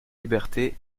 liberté